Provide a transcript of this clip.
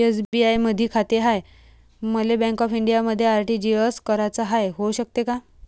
SBI मधी खाते हाय, मले बँक ऑफ इंडियामध्ये आर.टी.जी.एस कराच हाय, होऊ शकते का?